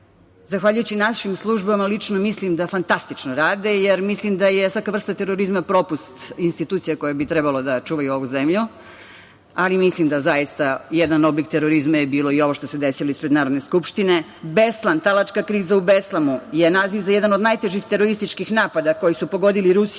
zahvaljujući našim službama, lično mislim da fantastično rade, jer mislim da je svaka vrsta terorizma propust institucija koje bi trebalo da čuvaju ovu zemlju, ali mislim da zaista jedan oblik terorizma je bilo i ovo što se desilo ispred Narodne skupštine. Beslan, talačka kriza u Beslamu je naziv za jedan od najtežih terorističkih napada koji su pogodili Rusiju